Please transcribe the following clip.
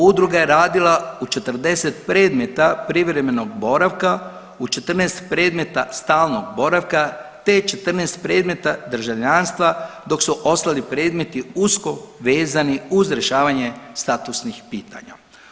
Udruga je radila u 40 predmeta privremenom boravka, u 14 predmeta stalnog boravka te 14 predmeta državljanstva dok su ostali predmeti usko vezani uz rješavanje statusnih pitanja.